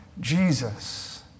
Jesus